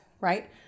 right